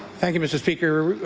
thank you, mr. speaker.